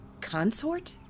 Consort